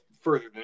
further